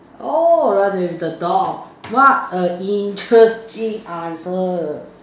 orh run away with the dog what a interesting answer